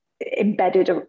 embedded